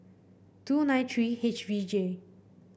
two nine three H V J